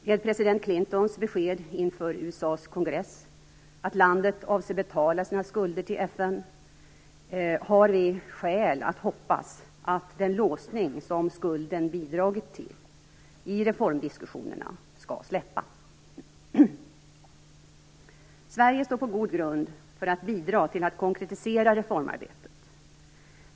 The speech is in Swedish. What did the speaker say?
Med president Clintons besked inför USA:s kongress att landet avser att betala sina skulder till FN har vi skäl att hoppas att den låsning som skulden bidragit till i reformdiskussionerna skall släppa. Sverige står på god grund för att bidra till att konkretisera reformarbetet.